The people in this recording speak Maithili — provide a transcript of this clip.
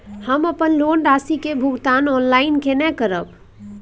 हम अपन लोन राशि के भुगतान ऑनलाइन केने करब?